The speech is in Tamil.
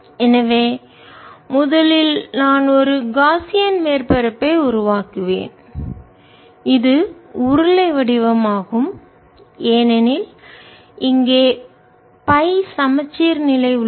எனவே முதலில் நான் ஒரு காஸியன் மேற்பரப்பை உருவாக்குவேன் இது உருளை வடிவமாகும் ஏனெனில் இங்கே பை சமச்சீர் நிலை உள்ளது